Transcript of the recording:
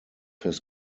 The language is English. his